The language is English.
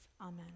Amen